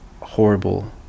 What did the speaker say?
horrible